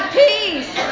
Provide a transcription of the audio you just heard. peace